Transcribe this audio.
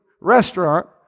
restaurant